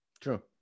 true